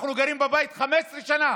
אנחנו גרים בבית 15 שנה